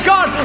God